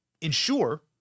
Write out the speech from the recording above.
ensure